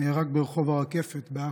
שנהרג ברחוב הרקפת בעכו.